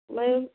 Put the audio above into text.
मागीर